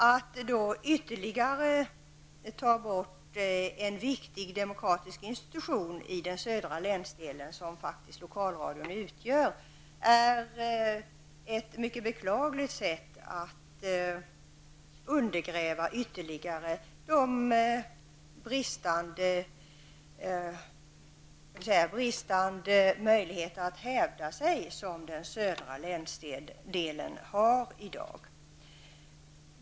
Att då ytterligare ta bort en viktig demokratisk institution -- som Lokalradion faktiskt utgör -- i den södra delen är detsamma som att på ett mycket beklagligt sätt ytterligare undergräva den södra länsdelens möjligheter att hävda sig, särskilt som dessa redan i dag är bristfälliga.